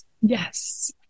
yes